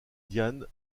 diane